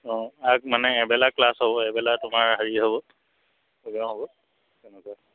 অঁ আগ মানে এবেলা ক্লাছ হ'ব এবেলা তোমাৰ হেৰি হ'ব প্ৰগ্ৰেম হ'ব তেনেকুৱা